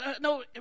no